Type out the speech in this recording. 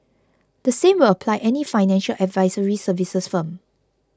the same will apply any financial advisory services firm